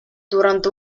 durante